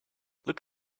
look